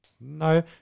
No